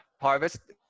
harvest